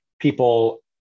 people